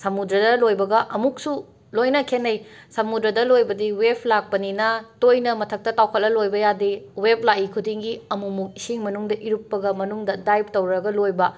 ꯁꯃꯨꯗ꯭ꯔꯗ ꯂꯣꯏꯕꯒ ꯑꯃꯨꯛꯁꯨ ꯂꯣꯏꯅ ꯈꯦꯠꯅꯩ ꯁꯃꯨꯗ꯭ꯔꯗ ꯂꯣꯏꯕꯗꯤ ꯋꯦꯕ ꯂꯥꯛꯄꯅꯤꯅ ꯇꯣꯏꯅ ꯃꯊꯛꯇ ꯇꯥꯎꯈꯠꯂꯒ ꯂꯣꯢꯕ ꯌꯥꯗꯦ ꯋꯦꯕ ꯂꯥꯛꯏ ꯈꯨꯗꯤꯡꯒꯤ ꯑꯃꯨꯛꯃꯨꯛ ꯏꯁꯤꯡ ꯃꯅꯨꯡꯗ ꯏꯔꯨꯞꯄꯒ ꯃꯅꯨꯡꯗ ꯗꯥꯢꯕ ꯇꯧꯔꯒ ꯂꯣꯏꯕ